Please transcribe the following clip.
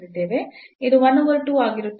ಇದು 1 over 2 ಆಗಿರುತ್ತದೆ